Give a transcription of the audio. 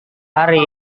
hari